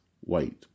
white